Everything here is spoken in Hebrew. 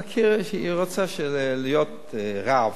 היא רוצה להיות רב.